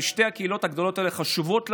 שתי הקהילות הגדולות האלה חשובות לנו,